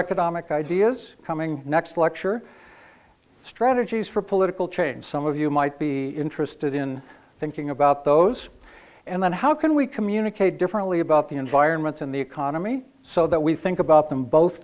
economic ideas coming next lecture strategies for political change some of you might be interested in thinking about those and then how can we communicate differently about the environments in the economy so that we think about them both